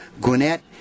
Gwinnett